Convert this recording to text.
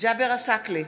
ג'אבר עסאקלה,